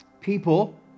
people